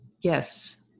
Yes